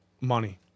money